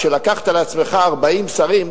כשלקחת לעצמך 40 שרים,